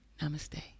Namaste